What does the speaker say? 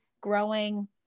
growing